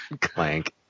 Clank